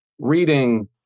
reading